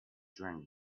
drank